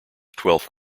twelfth